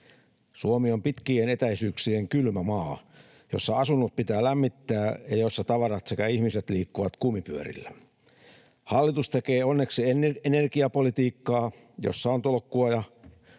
Suomi on pitkien etäisyyksien kylmä maa, jossa asunnot pitää lämmittää ja jossa tavarat sekä ihmiset liikkuvat kumipyörillä. Hallitus tekee onneksi energiapolitiikkaa, jossa on tolkkua ja